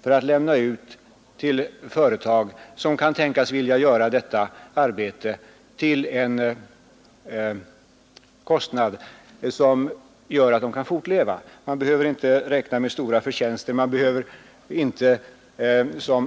för att lämnas ut till företag som kan tänkas vilja framställa produkterna till en kostnad som möjliggör för företagen att fortleva. Man behöver inte räkna med stora förtjänster.